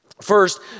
First